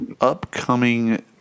upcoming